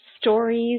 stories